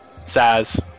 Saz